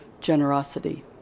generosity